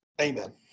Amen